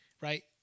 right